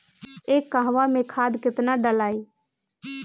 एक कहवा मे खाद केतना ढालाई?